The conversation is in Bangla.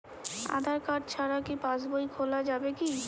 আধার কার্ড ছাড়া কি পাসবই খোলা যাবে কি?